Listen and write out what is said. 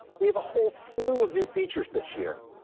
we have a whole slew of new features this year.